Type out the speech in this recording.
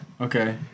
Okay